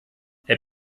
herr